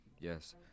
Yes